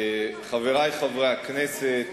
חברי חברי הכנסת,